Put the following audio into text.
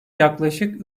yaklaşık